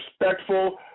respectful